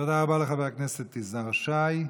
תודה רבה לחבר הכנסת יזהר שי.